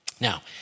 Now